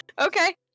Okay